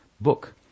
book